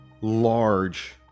large